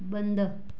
बंद